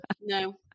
no